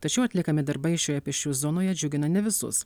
tačiau atliekami darbai šioje pėsčiųjų zonoje džiugina ne visus